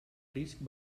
risc